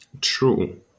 True